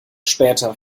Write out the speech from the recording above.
später